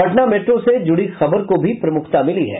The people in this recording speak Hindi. पटना मेट्रो से जुड़ी खबर को भी प्रमुखता मिली है